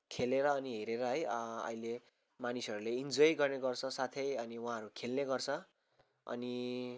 खेलेर अनि हेरेर है अहिले मानिसहरूले इन्जोय गर्ने गर्छ साथै अनि उहाँहरू खेल्ने गर्छ अनि